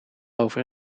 over